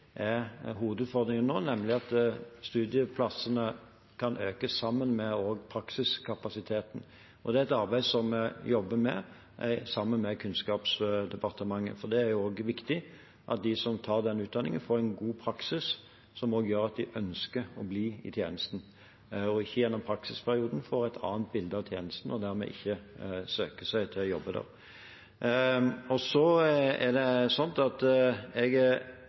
er hovedutfordringen vår, nemlig at studieplassene kan øke sammen med praksiskapasiteten. Dette er noe vi jobber med sammen med Kunnskapsdepartementet, for det er også viktig at de som tar denne utdanningen, får en god praksis som gjør at de ønsker å bli i tjenesten og ikke gjennom praksisperioden får et annet bilde av tjenesten og dermed ikke søker jobb der. Så er jeg veldig opptatt av at vi skal forsterke arbeidet med å redusere bruken av deltid. Deltid er ikke bra. Det